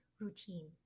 routine